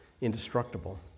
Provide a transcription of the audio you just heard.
indestructible